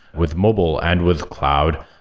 with mobile and with cloud,